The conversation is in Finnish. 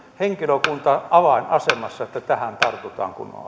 henkilökunta avainasemassa että tähän tartutaan kun on